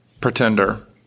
pretender